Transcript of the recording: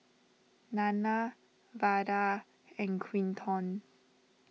Nana Vada and Quinton